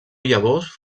llavors